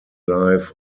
life